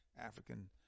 African